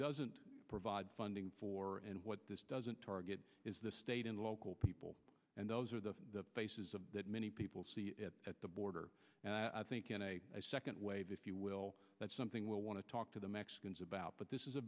doesn't provide funding for and what this doesn't target is the state and local people and those are the faces of that many people see it at the border and i think in a second wave if you will that's something we'll want to talk to the mexicans about but this is a